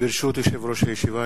ברשות יושב-ראש הישיבה,